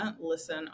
listen